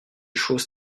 choses